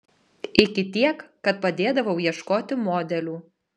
iki tiek kad padėdavau ieškoti modelių